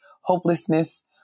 hopelessness